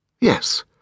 Yes